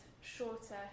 shorter